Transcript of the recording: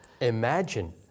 Imagine